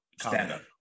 stand-up